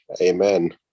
Amen